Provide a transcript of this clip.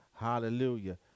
Hallelujah